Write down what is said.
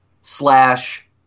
slash